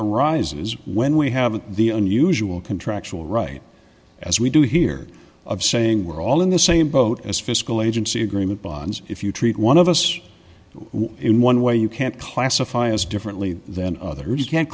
arises when we have the unusual contractual right as we do here of saying we're all in the same boat as fiscal agency agreement bonds if you treat one of us in one way you can't classify as differently than others you can't